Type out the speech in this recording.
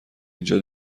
اینجا